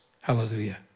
Hallelujah